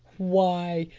why,